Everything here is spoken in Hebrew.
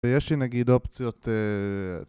ויש לי נגיד אופציות